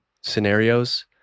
scenarios